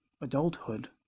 adulthood